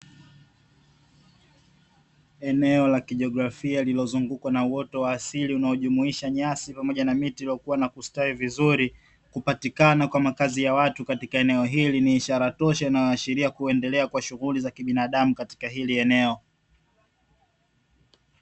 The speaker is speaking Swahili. Eneo la kijiografia lililozungukwa na uoto wa asili unaojumuisha nyasi pamoja na miti iliyo kua na kustawi vizuri, hupatikana kwa makazi ya watu katika eneo hili, ni ishara tosha inayo ashiria shughuli za kibinadamu katika hili eneo.